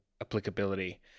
applicability